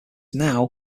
now